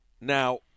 Now